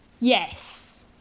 Yes